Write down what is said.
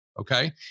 Okay